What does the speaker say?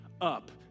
up